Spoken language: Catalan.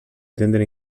intenten